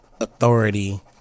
authority